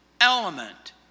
element